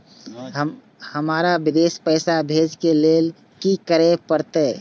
हमरा विदेश पैसा भेज के लेल की करे परते?